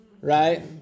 right